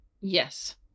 Yes